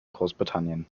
großbritannien